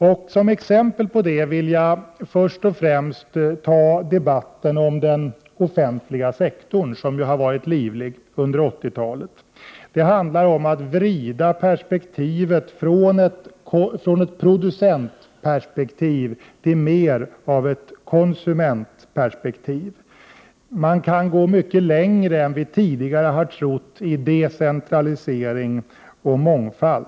Såsom exempel här vill jag först och främst ta debatten om den offentliga sektorn, som ju har varit livlig under 80-talet. Det handlar om att vrida perspektivet från ett producentperspektiv till mer av ett konsumentperspektiv. Man kan gå mycket längre än vi tidigare har trott i decentralisering och mångfald.